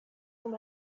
from